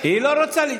היא לא רוצה.